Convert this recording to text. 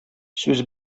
сүз